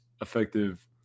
effective